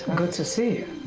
good to see you.